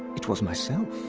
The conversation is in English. it was myself.